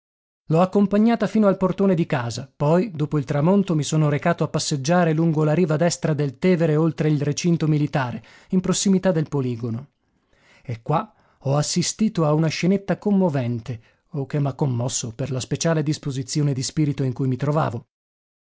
l'ho accompagnata fino al portone di casa poi dopo il tramonto mi sono recato a passeggiare lungo la riva destra del tevere oltre il recinto militare in prossimità del poligono e qua ho assistito a una scenetta commovente o che m'ha commosso per la speciale disposizione di spirito in cui mi trovavo